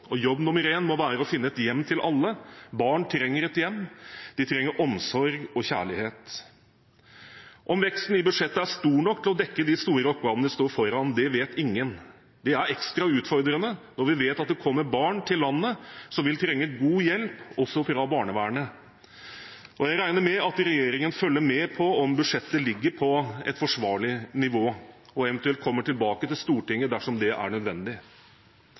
nå. Jobb nr. én må være å finne et hjem til alle. Barn trenger et hjem. De trenger omsorg og kjærlighet. Om veksten i budsjettet er stor nok til å dekke de store oppgavene vi står foran, vet ingen. Det er ekstra utfordrende når vi vet at det kommer barn til landet som vil trenge god hjelp også fra barnevernet. Jeg regner med at regjeringen følger med på om budsjettet ligger på et forsvarlig nivå og eventuelt kommer tilbake til Stortinget dersom det er nødvendig.